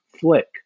flick